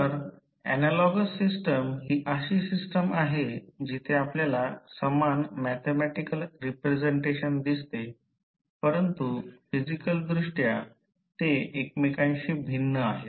तर analogous system ही अशी सिस्टम आहे जिथे आपल्याला समान मॅथॅमॅटिकॅल रिप्रेझेंटेशन दिसते परंतु फिजिकलदृष्ट्या ते एकमेकांशी भिन्न आहेत